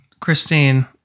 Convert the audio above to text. Christine